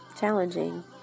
challenging